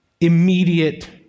immediate